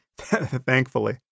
thankfully